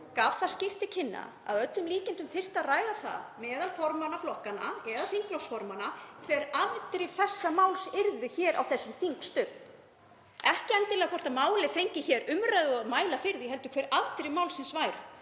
gaf það skýrt til kynna að að öllum líkindum þyrfti að ræða það meðal formanna flokkanna eða þingflokksformanna hver afdrif þessa máls yrðu hér á þessum þingstubbi, ekki endilega hvort málið fengi umræðu og mælt yrði fyrir því heldur hver afdrif málsins yrðu.